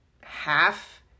half